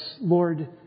Lord